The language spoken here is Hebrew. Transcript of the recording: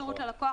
שירות ללקוח,